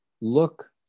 look